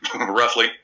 roughly